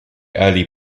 early